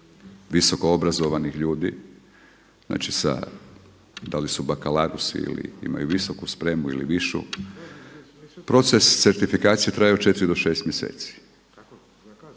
visokoobrazovanih ljudi, znači sa da li su baccalaureus ili imaju visoku spremu ili višu proces certifikacije traje od 4 do 6 mjeseci,